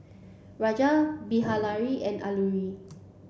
Rajat Bilahari and Alluri